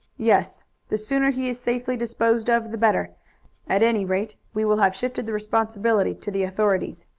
yes the sooner he is safely disposed of the better at any rate we will have shifted the responsibility to the authorities.